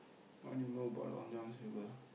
what do you know about Long-John-Silvers